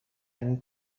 این